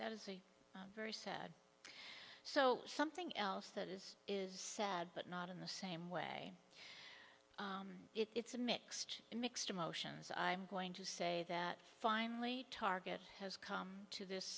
that was a very sad so something else that is is sad but not in the same way it's a mixed and mixed emotions i'm going to say that finally target has come to this